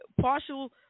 partial